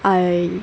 I